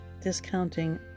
discounting